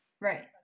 Right